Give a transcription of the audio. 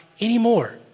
anymore